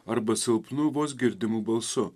arba silpnu vos girdimu balsu